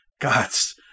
Gods